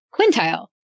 quintile